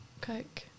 coke